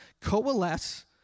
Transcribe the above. coalesce